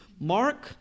Mark